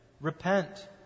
Repent